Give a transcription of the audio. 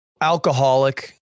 alcoholic